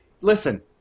listen